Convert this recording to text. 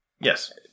yes